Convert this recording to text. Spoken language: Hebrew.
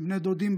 בני דודים,